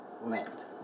went